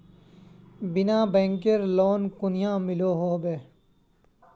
बिना बैंकेर लोन कुनियाँ मिलोहो होबे?